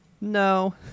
No